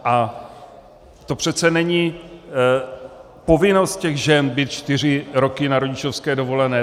A to přece není povinnost těch žen být čtyři roky na rodičovské dovolené.